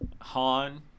Han